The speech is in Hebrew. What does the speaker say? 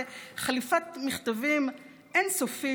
וחליפת מכתבים אין-סופית.